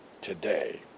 today